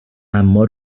اما